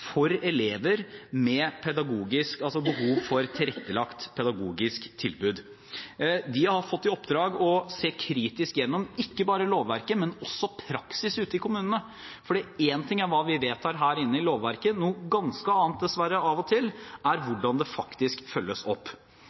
for elever med behov for tilrettelagt pedagogisk tilbud. De har fått i oppdrag å se kritisk gjennom ikke bare lovverket, men også praksis ute i kommunene. For én ting er hva vi vedtar her i lovverket, noe ganske annet er, dessverre av og til, hvordan det faktisk følges opp.